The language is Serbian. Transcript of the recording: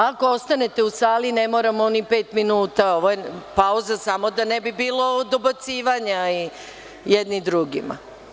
Ako ostanete u sali, ne moramo ni pet minuta, ovo je pauza samo da ne bi bilo dobacivanja jedni drugima.